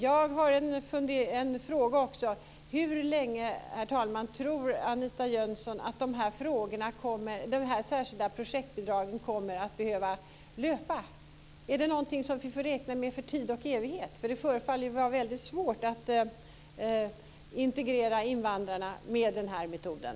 Jag har en fråga också: Hur länge, herr talman, tror Anita Jönsson att de här särskilda projektbidragen kommer att behöva löpa? Är det någonting som vi får räkna med för tid och evighet? Det förefaller ju vara väldigt svårt att integrera invandrarna med den här metoden.